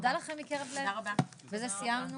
תודה רבה, הישיבה